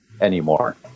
anymore